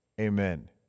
Amen